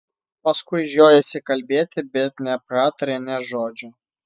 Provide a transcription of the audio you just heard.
paskui žiojosi kalbėti bet nepratarė nė žodžio